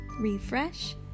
Refresh